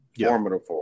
formidable